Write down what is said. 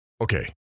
Okay